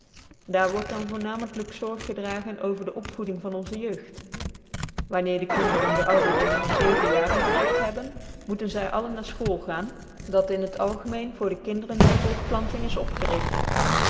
aar word dan voomamentlijk zorg gedragen over de opvoeding van onze jeugd wanneer dc kinderen den ouderdom van zeven jaren bereikt hebben moeten zy alle na fchool gaan dat in het algemeen voor de kinderen der volkplanting is opgerigt